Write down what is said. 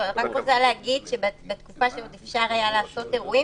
אני רק רוצה להגיד שבתקופה שבה עוד אפשר היה לעשות אירועים,